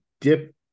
dip